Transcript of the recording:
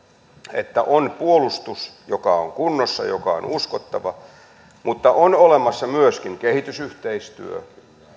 että on puolustus joka on kunnossa joka on uskottava mutta on olemassa myöskin kehitysyhteistyö